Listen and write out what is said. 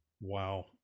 Wow